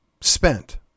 spent